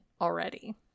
already